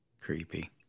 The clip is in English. Creepy